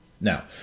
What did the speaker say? Now